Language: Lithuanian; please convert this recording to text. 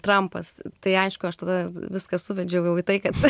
trampas tai aišku aš tada viską suvedžiau jau į tai kad